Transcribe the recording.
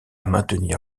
maintenir